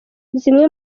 zimwe